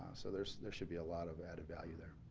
so there so there should be a lot of added value there.